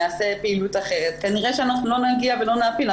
יעשה פעילות אחרת כנראה שאנחנו לא נגיע ולא נעפיל.